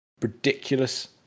ridiculous